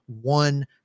one